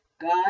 God